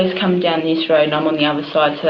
ah coming down this road and i'm on the other side,